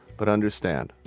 but understand,